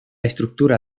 estructura